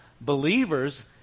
believers